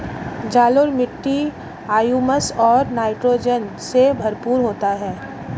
जलोढ़ मिट्टी हृयूमस और नाइट्रोजन से भरपूर होती है